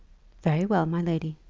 very well, my lady.